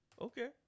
Okay